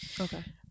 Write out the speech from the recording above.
Okay